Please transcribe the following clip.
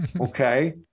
Okay